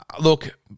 Look